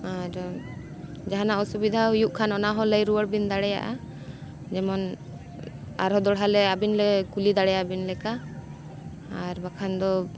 ᱟᱨ ᱡᱟᱦᱟᱱᱟᱜ ᱚᱥᱩᱵᱤᱫᱷᱟ ᱦᱩᱭᱩᱜ ᱠᱷᱟᱱ ᱚᱱᱟ ᱦᱚᱸ ᱞᱟᱹᱭ ᱨᱩᱭᱟᱹᱲ ᱵᱤᱱ ᱫᱟᱲᱮᱭᱟᱜᱼᱟ ᱡᱮᱢᱚᱱ ᱟᱨᱦᱚᱸ ᱫᱚᱲᱦᱟ ᱞᱮ ᱟᱹᱵᱤᱱ ᱞᱮ ᱠᱩᱞᱤ ᱫᱟᱲᱮᱭᱟᱵᱤᱱ ᱞᱮᱠᱟ ᱟᱨ ᱵᱟᱠᱷᱟᱱ ᱫᱚ